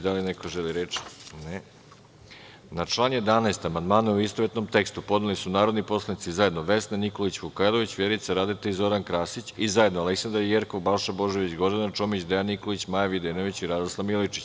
Da li neko želi reč? (Ne.) Na član 11. amandmane, u istovetnom tekstu, podneli su narodni poslanici zajedno Vesna Nikolić Vukajlović, Vjerica Radeta i Zoran Krasić i zajedno Aleksandra Jerkov, Balša Božović, Gordana Čomić, Dejan Nikolić, Maja Videnović i Radoslav Milojičić.